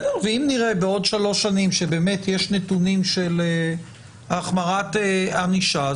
ואם נראה בעוד שלוש שנים שיש נתונים של החמרת ענישה,